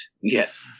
Yes